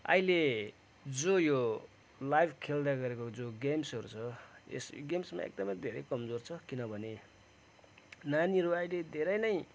अहिले जो यो लाइभ खेल्दै गरेको जो गेम्सहरू छ यस गेम्समा एकदमै धेरै कमजोर छ किनभने नानीहरू अहिले धेरै नै